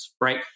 right